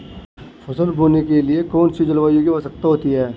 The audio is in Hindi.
फसल बोने के लिए कौन सी जलवायु की आवश्यकता होती है?